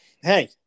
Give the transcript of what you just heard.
hey